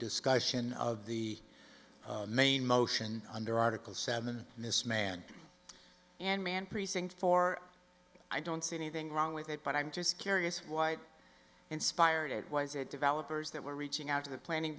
discussion of the main motion under article seven this man and man precinct four i don't see anything wrong with it but i'm just curious what inspired it was that developers that were reaching out to the planning